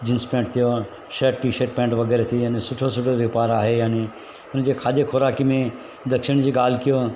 jeans pant थियो आहे shirt T shirt pant वग़ैरह थी आहिनि सुठो सुठो वापारु आहे यानी हुन जे खाधे ख़ुराकी में दक्षिण जी ॻाल्हि कयांव